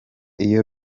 iyo